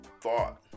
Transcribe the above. thought